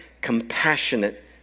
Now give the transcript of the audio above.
compassionate